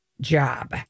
job